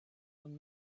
own